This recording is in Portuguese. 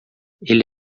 ele